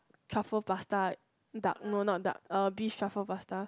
truffle pasta duck no not duck beef truffle pasta